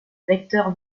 vecteur